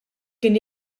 kien